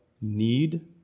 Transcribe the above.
need